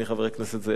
אדוני חבר הכנסת זאב.